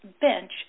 bench